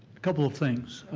a couple of things.